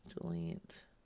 Delete